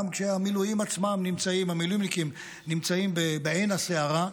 גם כשהמילואימניקים עצמם נמצאים בעין הסערה,